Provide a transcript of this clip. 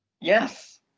Yes